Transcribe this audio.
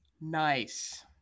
Nice